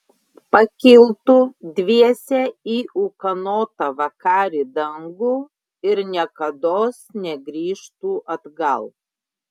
pakiltų dviese į ūkanotą vakarį dangų ir niekados negrįžtų atgal